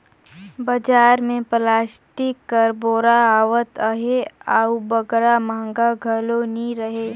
बजार मे पलास्टिक कर बोरा आवत अहे अउ बगरा महगा घलो नी रहें